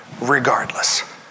regardless